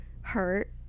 hurt